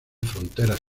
fronteras